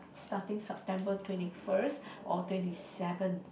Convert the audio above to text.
starting September twenty first or twenty seven